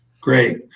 Great